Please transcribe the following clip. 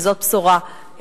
וזאת בשורה,